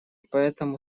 поэтому